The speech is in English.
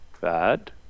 bad